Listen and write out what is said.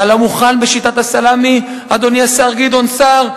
אתה לא מוכן בשיטת הסלאמי, אדוני השר גדעון סער?